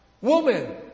woman